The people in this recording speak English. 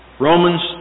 Romans